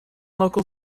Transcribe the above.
local